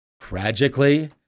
Tragically